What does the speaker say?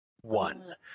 one